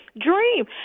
dream